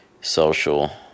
social